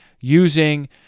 using